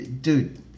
Dude